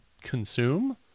consume